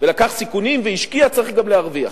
ולקח סיכונים והשקיע, צריך גם להרוויח.